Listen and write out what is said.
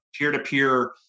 peer-to-peer